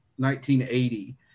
1980